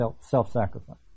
self-sacrifice